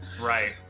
right